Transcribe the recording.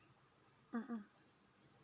mm mm